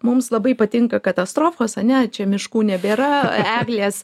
mums labai patinka katastrofos ane čia miškų nebėra eglės